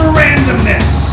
randomness